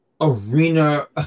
arena